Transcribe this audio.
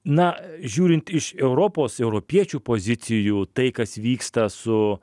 na žiūrint iš europos europiečių pozicijų tai kas vyksta su